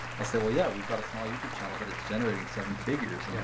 i'll say, well, yeah, we've got a small youtube channel but it's generating seven figures. yeah